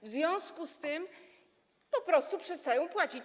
W związku z tym po prostu przestają płacić.